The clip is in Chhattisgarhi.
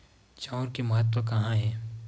चांउर के महत्व कहां हे?